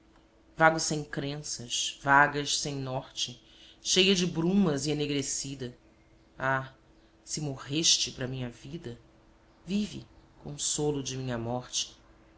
vago sem crenças vagas sem norte cheia de brumas e enegrecida ah se morreste pra minha vida vive consolo de minha morte